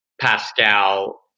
Pascal